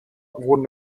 wurden